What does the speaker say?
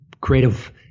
creative